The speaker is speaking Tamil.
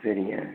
சரிங்க